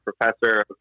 professor